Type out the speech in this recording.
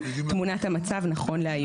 תמונת המצב נכון להיום.